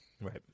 Right